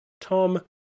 Tom